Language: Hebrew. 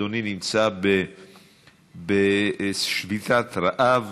אדוני נמצא בשביתת רעב,